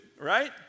right